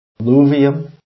alluvium